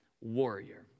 warrior